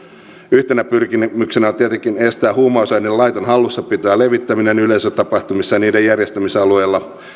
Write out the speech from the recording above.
yhtenä pyrkimyksenä on tietenkin estää huumausaineiden laiton hallussapito ja levittäminen yleisötapahtumissa ja niiden järjestämisalueilla